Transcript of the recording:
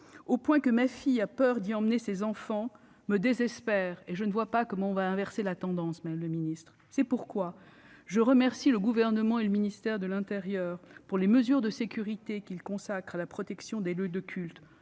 au point que ma fille a peur d'y emmener ses enfants, me désespère ; et je ne vois pas comment nous inverserons la tendance, madame la ministre. C'est pourquoi je remercie le Gouvernement et le ministre de l'intérieur pour les mesures de sécurité qu'ils consacrent à la protection des lieux de culte-